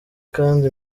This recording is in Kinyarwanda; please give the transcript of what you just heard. kandi